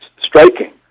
striking